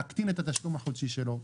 להקטין את התשלום החודשי שלו,